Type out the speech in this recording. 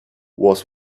was